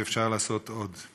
ואפשר לעשות עוד,